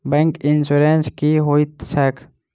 Bank insurance की होइत छैक?